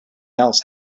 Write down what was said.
else